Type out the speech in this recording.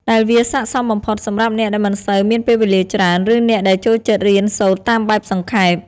ដែលវាស័ក្តិសមបំផុតសម្រាប់អ្នកដែលមិនសូវមានពេលវេលាច្រើន ឬអ្នកដែលចូលចិត្តរៀនសូត្រតាមបែបសង្ខេប។